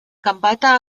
gambata